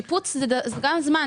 ושיפוץ מצריך זמן.